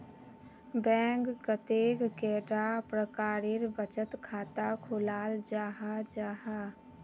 Bank कतेक कैडा प्रकारेर बचत खाता खोलाल जाहा जाहा?